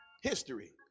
History